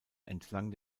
entlang